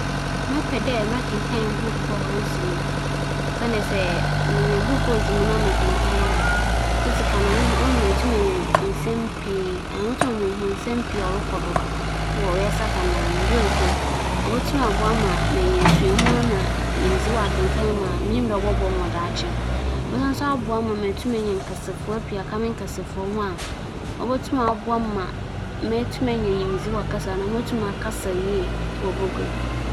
M'enyi nngye akenkan ho na sɛ wͻdze buukuu bi a oye ato hͻ na wͻdze sene a ͻyɛ fɛw so ato hͻ a, mebɛpɛ dɛ mobͻhwɛ sene no kyɛn dɛ me bɛkenkan buukuu no osiandɛ akenkan yɛ adze a ͻyɛ me enyihaw yie na mobotum dze dͻnhwer kor anaa ebien medze ahwɛ dɛm sene yi ewie mbom bi a buukuu no dze, dɛm dͻnhwer ebien no munntum mmfa nnkenkan ne nyinara nnhu mu adze.